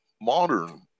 modern